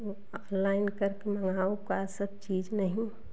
तो ऑललाइन करके मंगाओ का सब चीज़ नहीं